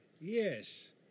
Yes